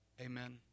Amen